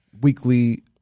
weekly